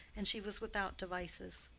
and she was without devices.